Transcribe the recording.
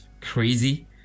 crazy